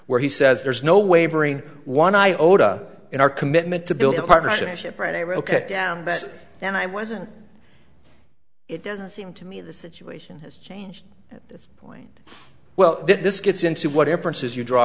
where he says there's no wavering one iota in our commitment to build a partnership right here ok down but then i wasn't it doesn't seem to me the situation has changed at this point well this gets into whatever it says you draw